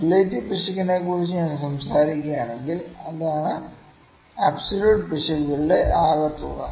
relative പിശകിനെക്കുറിച്ച് ഞാൻ സംസാരിക്കുകയാണെങ്കിൽ അതാണ് അബ്സോല്യൂട്ട് പിശകുകളുടെ ആകെത്തുക